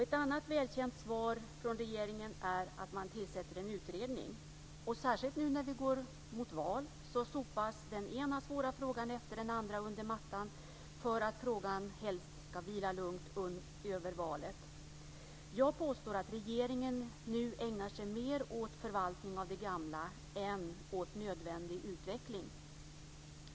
Ett annat välkänt svar från regeringen är att man tillsätter en utredning. Särskilt nu när vi går mot val sopas den ena svåra frågan efter den andra under mattan för att frågan helst ska vila lugnt över valet. Jag påstår att regeringen nu ägnar sig mer åt förvaltning av det gamla än åt nödvändig utveckling.